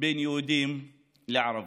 בין יהודים לערבים.